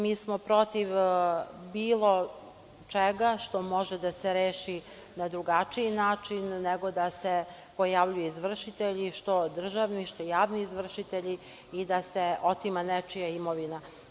Mi smo protiv bilo čega što može da se reši na drugačiji način, nego da se pojavljuje izvršitelj i što državni, što javni izvršitelji i da se otima nečija imovina.